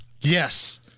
yes